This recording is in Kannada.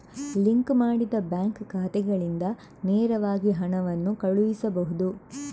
ಲಿಂಕ್ ಮಾಡಿದ ಬ್ಯಾಂಕ್ ಖಾತೆಗಳಿಂದ ನೇರವಾಗಿ ಹಣವನ್ನು ಕಳುಹಿಸಬಹುದು